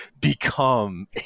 become